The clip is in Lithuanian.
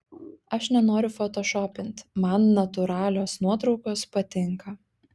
aš nenoriu fotošopint man natūralios nuotraukos patinka